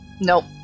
Nope